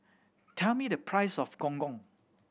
tell me the price of Gong Gong